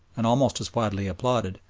and almost as widely applauded,